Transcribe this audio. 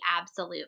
absolute